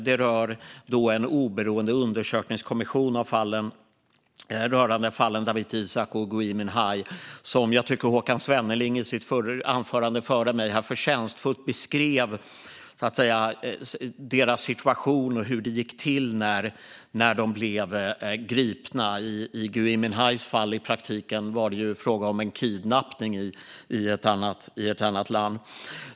Den rör en oberoende undersökningskommission om fallen Dawit Isaak och Gui Minhai. Jag tycker att Håkan Svenneling i sitt anförande förtjänstfullt beskrev deras situation och hur det gick till när de blev gripna. I Gui Minhais fall var det i praktiken fråga om en kidnappning i ett annat land.